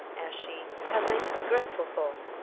asked she, have they to be grateful for?